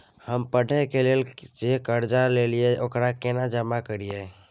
हम पढ़े के लेल जे कर्जा ललिये ओकरा केना जमा करिए?